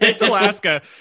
alaska